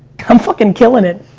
i'm fucking killin' it!